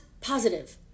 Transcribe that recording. positive